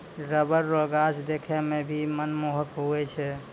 rubber रो गाछ देखै मे भी मनमोहक हुवै छै